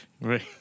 Right